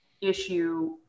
issue